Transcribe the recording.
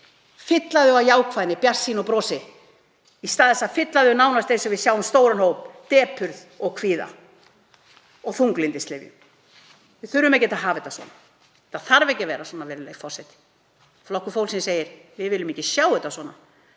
fylla þau af jákvæðni, bjartsýni og brosi í stað þess að fylla þau nánast, eins og við sjáum með stóran hóp, af depurð og kvíða og þunglyndislyfjum. Við þurfum ekkert að hafa það svona, það þarf ekki að vera svona, virðulegi forseti. Flokkur fólksins segir: Við viljum ekki sjá þetta svona.